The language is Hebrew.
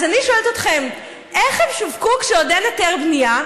אז אני שואלת אתכם: איך הם שווקו כשעוד אין היתר בנייה,